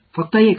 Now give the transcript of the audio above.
மாணவர் x